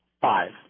Five